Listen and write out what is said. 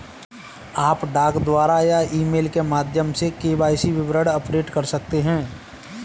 आप डाक द्वारा या ईमेल के माध्यम से के.वाई.सी विवरण अपडेट कर सकते हैं